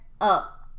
up